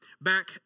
back